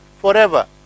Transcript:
forever